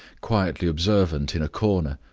quietly observant in a corner,